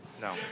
No